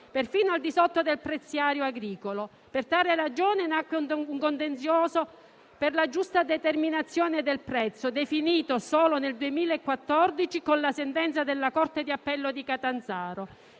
perfino al di sotto del prezzario agricolo. Per tale ragione nacque un contenzioso per la giusta determinazione del prezzo definito solo nel 2014 con sentenza della Corte di appello di Catanzaro;